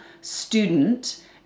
student